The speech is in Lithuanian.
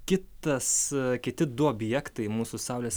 kitas kiti du objektai mūsų saulės